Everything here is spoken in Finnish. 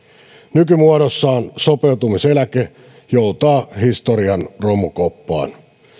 nykymuodossaan sopeutumiseläke joutaa historian romukoppaan